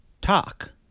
talk